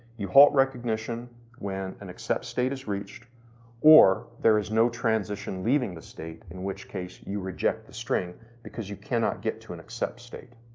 you halt recognition when an except state is reached or there is no transition leaving the state, in which case you reject the string because you cannot get to an accept state.